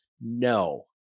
No